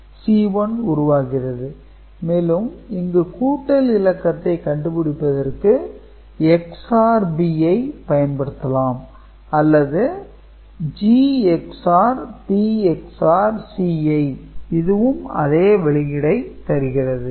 Si Gi ⊕ Pi ⊕ Ci மேலும் இங்கு கூட்டல் இலக்கத்தை கண்டு பிடிப்பதற்கு XOR B ஐ பயன்படுத்தலாம் அல்லது G XOR P XOR Ci இதுவும் அதே வெளியீடைத் தருகிறது